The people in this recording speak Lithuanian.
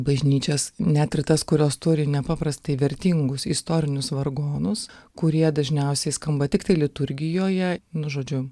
bažnyčias net ir tas kurios turi nepaprastai vertingus istorinius vargonus kurie dažniausiai skamba tiktai liturgijoje nu žodžiu